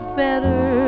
better